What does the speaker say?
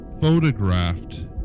photographed